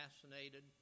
assassinated